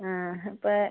ആ അപ്പോൾ